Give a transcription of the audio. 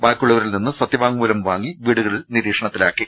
ബാക്കിയുള്ളവരിൽനിന്ന് സത്യവാങ്മൂലം വാങ്ങി വീടുകളിൽ നിരീക്ഷണത്തിലാക്കി